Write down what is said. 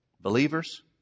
Believers